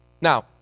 Now